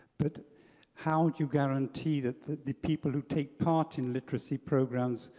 but how do you guarantee that the people who take part in literacy programs,